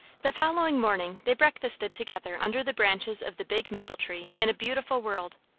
the following morning they breakfasted together under the branches of the big maple tree in a beautiful world.